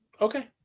Okay